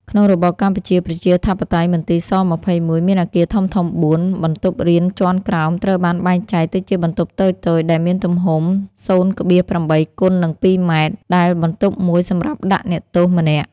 ក្នុងរបបកម្ពុជាប្រជាធិបតេយ្យ មន្ទីរ ស-២១ មានអគារធំៗបួន បន្ទប់រៀនជាន់ក្រោមត្រូវបានបែងចែកទៅជាបន្ទប់តូចៗ ដែលមានទំហំ០,៨គុណនឹង២ម៉ែត្រ ដែលបន្ទប់មួយសម្រាប់ដាក់អ្នកទោសម្នាក់ ។